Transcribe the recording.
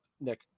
Nick